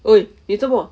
!oi! 你做么